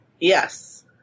Yes